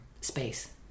space